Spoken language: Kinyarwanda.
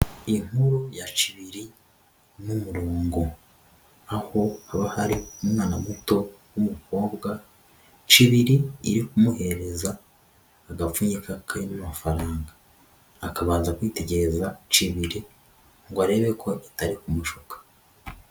Inkuru ya Cibiri n'Umurongo, aho haba hari umwana muto w'umukobwa, Cibiri iri kumuhereza adapfunyika karimo amafaranga, akabanza kwitegereza Cibiri ngo arebe ko itari kumushuka.